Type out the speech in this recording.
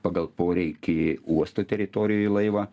pagal poreikį uosto teritorijoj į laivą